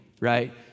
right